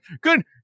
good